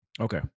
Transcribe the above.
Okay